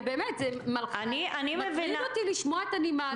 באמת, זה מטריד אותי לשמוע את הנימה.